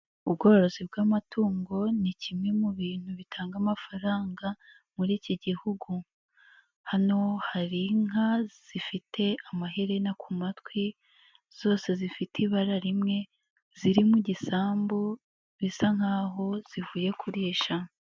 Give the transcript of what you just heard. Ubworozi bw'amatungo ni kimwe mu bintu bitanga amafaranga muri iki Gihugu, hano hari inka zifite amaherena ku matwi, zose zifite ibara rimwe, ziri mu gisambu bisa nkaho zivuye kurisha.